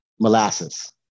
Molasses